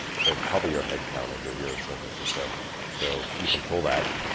it's like probably your headcount if you're here in san francisco so you control that.